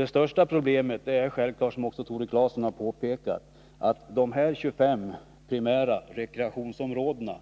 Det största problemet är självfallet — som också Tore Claeson har påpekat — att de 25 primära rekreationsområdena